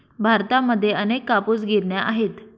भारतामध्ये अनेक कापूस गिरण्या आहेत